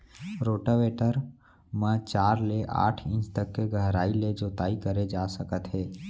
rotavator म चार ले आठ इंच तक के गहराई ले जोताई करे जा सकत हे